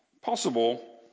Possible